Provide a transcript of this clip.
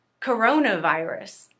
coronavirus